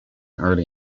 early